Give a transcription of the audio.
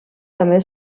també